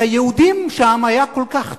שליהודים שם היה כל כך טוב.